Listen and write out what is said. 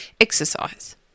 exercise